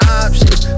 options